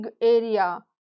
area